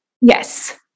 Yes